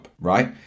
right